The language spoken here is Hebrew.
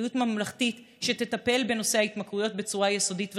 אחריות ממלכתית שתטפל בנושא ההתמכרויות בצורה יסודית וראויה,